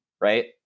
right